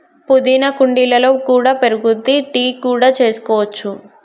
పుదీనా కుండీలలో కూడా పెరుగుద్ది, టీ కూడా చేసుకోవచ్చు